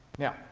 now,